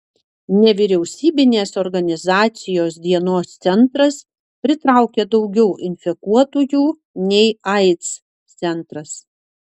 nevyriausybinės organizacijos dienos centras pritraukia daugiau infekuotųjų nei aids centras